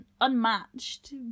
unmatched